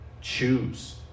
choose